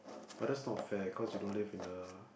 but that's not fair cause you don't live in a